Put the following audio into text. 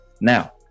Now